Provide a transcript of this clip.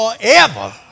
forever